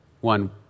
One